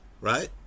Right